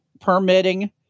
permitting